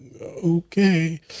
okay